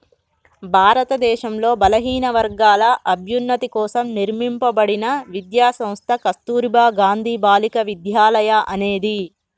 భారతదేశంలో బలహీనవర్గాల అభ్యున్నతి కోసం నిర్మింపబడిన విద్యా సంస్థ కస్తుర్బా గాంధీ బాలికా విద్యాలయ అనేది